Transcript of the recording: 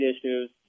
issues